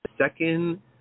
second